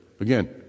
Again